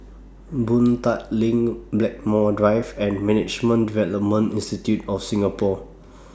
Boon Tat LINK Blackmore Drive and Management Development Institute of Singapore